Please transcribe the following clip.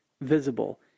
visible